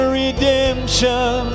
redemption